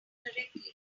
correctly